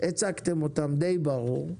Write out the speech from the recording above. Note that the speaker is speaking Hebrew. הצגתם אותם באופן ברור למדי.